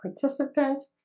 participants